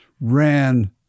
ran